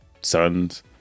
sons